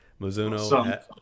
Mizuno